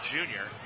junior